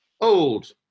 Old